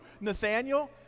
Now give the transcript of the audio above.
Nathaniel